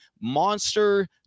monster